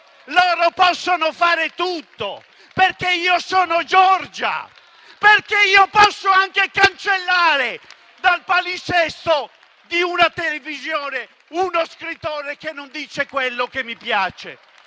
Loro possono fare tutto! Poiché io sono Giorgia, posso anche a cancellare dal palinsesto di una televisione uno scrittore che non dice quello che mi piace;